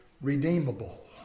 redeemable